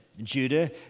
Judah